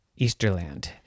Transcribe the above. Easterland